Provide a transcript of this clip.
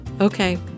Okay